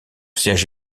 siège